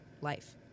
life